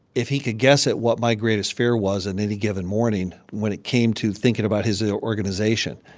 if he could guess at what my greatest fear was in any given morning when it came to thinking about his organization.